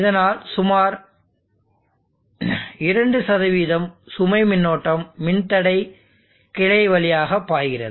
இதனால் சுமார் 2 சுமை மின்னோட்டம் மின்தடை கிளை வழியாக பாய்கிறது